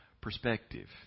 perspective